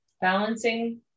Balancing